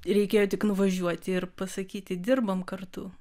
reikėjo tik nuvažiuoti ir pasakyti dirbam kartu